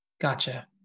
Gotcha